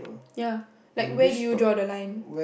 ya like where do you draw the line